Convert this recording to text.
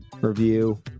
review